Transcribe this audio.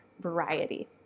variety